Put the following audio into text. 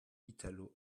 italo